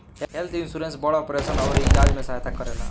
health insurance बड़ operation अउरी इलाज में सहायता करेला